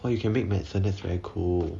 !wah! you can make medicine that's very cool